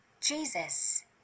Jesus